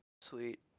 Sweet